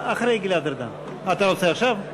אני מתנצל,